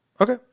Okay